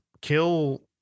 kill